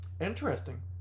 Interesting